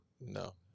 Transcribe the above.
No